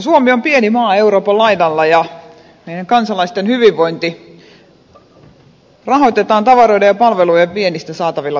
suomi on pieni maa euroopan laidalla ja meidän kansalaisten hyvinvointi rahoitetaan tavaroiden ja palvelujen viennistä saatavilla tuloilla